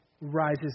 rises